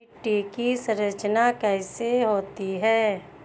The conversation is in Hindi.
मिट्टी की संरचना कैसे होती है?